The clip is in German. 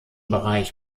bereich